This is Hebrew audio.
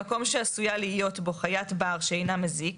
במקום שעשויה להיות בו חיית בר שאינה מזיק,